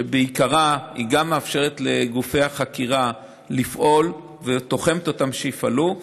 שבעיקרה היא מאפשרת לגופי החקירה לפעול ותוחמת אותם שיפעלו,